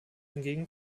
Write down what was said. hingegen